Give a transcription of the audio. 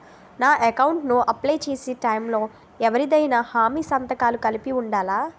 నా అకౌంట్ ను అప్లై చేసి టైం లో ఎవరిదైనా హామీ సంతకాలు కలిపి ఉండలా?